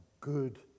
good